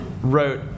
wrote